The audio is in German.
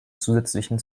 zusätzlichen